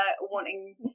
wanting